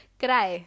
cry